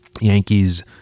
Yankees